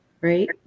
right